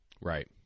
Right